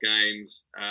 games